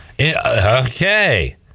Okay